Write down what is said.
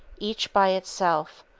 each by itself,